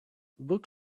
book